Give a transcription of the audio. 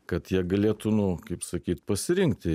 kad jie galėtų nu kaip sakyt pasirinkti